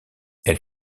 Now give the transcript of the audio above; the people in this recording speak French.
elle